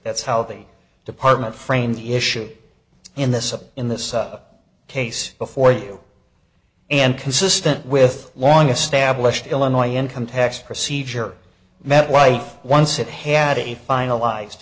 that's how the department framed the issue in this a in this case before you and consistent with long established illinois income tax procedure met life once it had a finalized